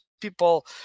people